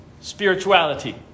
spirituality